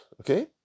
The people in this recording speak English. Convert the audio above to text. okay